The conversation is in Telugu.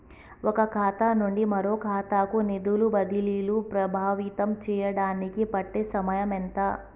ఒక ఖాతా నుండి మరొక ఖాతా కు నిధులు బదిలీలు ప్రభావితం చేయటానికి పట్టే సమయం ఎంత?